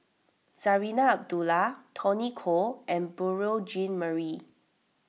Zarinah Abdullah Tony Khoo and Beurel Jean Marie